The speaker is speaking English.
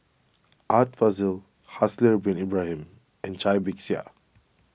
Art Fazil Haslir Bin Ibrahim and Cai Bixia